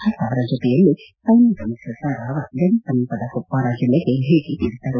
ಭಟ್ ಅವರ ಜೊತೆಯಲ್ಲಿ ಸೈನ್ಯದ ಮುಖ್ಯಶ್ಥ ರಾವತ್ ಗಡಿ ಸಮೀಪದ ಕುಪ್ವಾರಾ ಜಿಲ್ಲೆಗೆ ಭೇಟಿ ನೀಡಿದ್ದರು